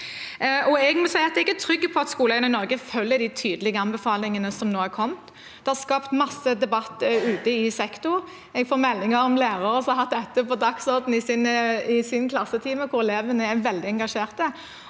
jeg er trygg på at skoleeierne i Norge følger de tydelige anbefalingene som nå er kommet. Det har skapt mye debatt ute i sektoren. Jeg får meldinger om at lærere har dette på dagsordenen i sine klassetimer, hvor elevene er veldig engasjerte.